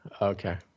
Okay